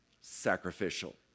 sacrificial